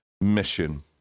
mission